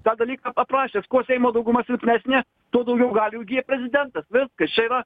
tą dalyką ap aprašęs kuo seimo dauguma silpnesnė tuo daugiau galių įgyja prezidentas viskas čia yra